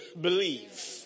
believe